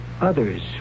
others